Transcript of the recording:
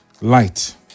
light